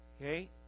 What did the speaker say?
Okay